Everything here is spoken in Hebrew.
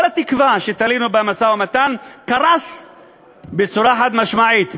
כל התקווה שתלינו במשא-ומתן קרסה בצורה חד-משמעית,